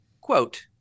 quote